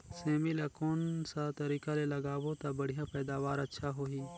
सेमी ला कोन सा तरीका ले लगाबो ता बढ़िया पैदावार अच्छा होही?